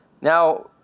Now